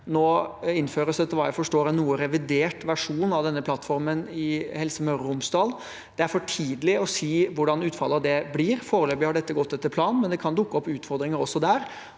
en noe revidert versjon av denne plattformen i Helse Møre og Romsdal. Det er for tidlig å si hvordan utfallet av det blir. Foreløpig har dette gått etter planen, men det kan dukke opp utfordringer også der.